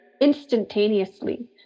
instantaneously